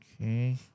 Okay